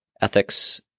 ethics